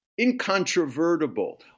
incontrovertible